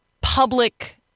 public